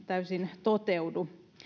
täysin toteudu